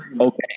okay